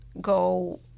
go